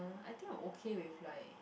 uh I think I okay with like